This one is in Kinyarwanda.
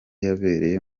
yabereye